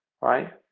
right